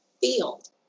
field